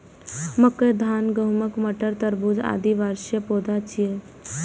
मकई, धान, गहूम, मटर, तरबूज, आदि वार्षिक पौधा छियै